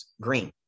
green